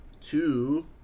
Two